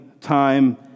time